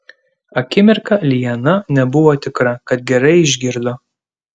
akimirką liana nebuvo tikra kad gerai išgirdo